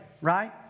right